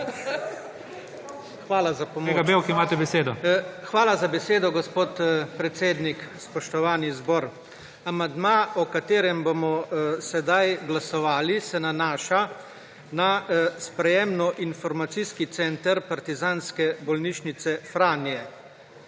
BEVK (PS SD):** Hvala za besedo, gospod predsednik. Spoštovani zbor! Amandma, o katerem bomo sedaj glasovali, se nanaša na sprejemno-informacijski center partizanske bolnišnice Franje.